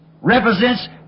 represents